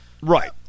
Right